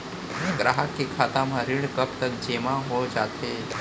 ग्राहक के खाता म ऋण कब तक जेमा हो जाथे?